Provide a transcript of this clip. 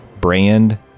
brand